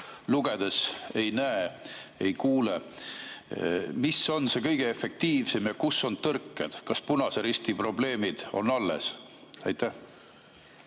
lugedes ei näe, ei kuule. Mis on kõige efektiivsem [kanal] ja kus on tõrked? Kas Punase Risti probleemid on alles? Aitäh!